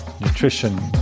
nutrition